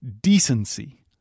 decency